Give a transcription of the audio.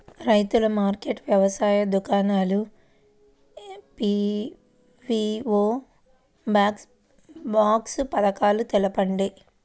రైతుల మార్కెట్లు, వ్యవసాయ దుకాణాలు, పీ.వీ.ఓ బాక్స్ పథకాలు తెలుపండి?